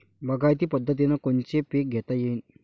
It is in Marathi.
बागायती पद्धतीनं कोनचे पीक घेता येईन?